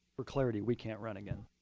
for clarity, we can't run again.